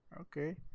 Okay